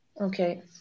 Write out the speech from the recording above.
Okay